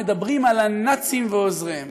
מדברים על הנאצים ועוזריהם